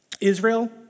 Israel